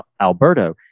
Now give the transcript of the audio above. Alberto